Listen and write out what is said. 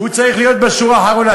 הוא צריך להיות בשורה האחרונה.